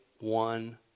one